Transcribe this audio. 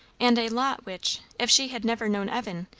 and a lot which, if she had never known evan,